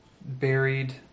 buried